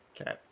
Okay